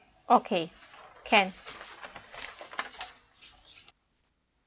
okay can